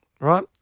right